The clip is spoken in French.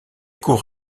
court